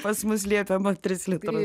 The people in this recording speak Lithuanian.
pas mus liepiama trys litrai